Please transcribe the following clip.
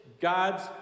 God's